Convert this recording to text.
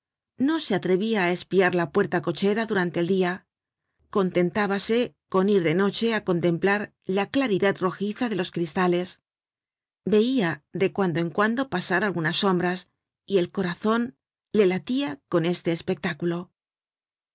no se atrevia á espiar la puerta-cochera durante el dia contentábase con ir de noche á contemplar la claridad rojiza de los cristales veia de cuando en cuando pasar algunas sombras y el corazon le latia con este espectáculo